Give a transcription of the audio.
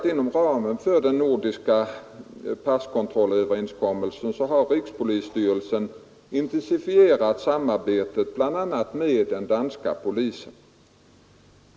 Inom ramen för den nordiska passkontrollöverenskommelsen har rikspolisstyrelsen intensifierat samarbetet bl.a. med den danska polisen.